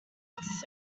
its